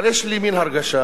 אבל יש לי מין הרגשה,